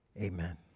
amen